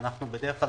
ואנחנו בדרך כלל,